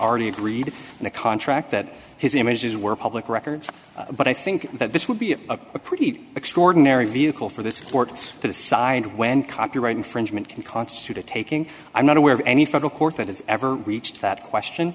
already agreed in the contract that his images were public records but i think that this would be a pretty extraordinary vehicle for this court to decide when copyright infringement can constitute a taking i'm not aware of any federal court that has ever reached that question